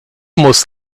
muss